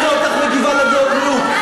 נראה אותך מגיבה על דעות מיעוט.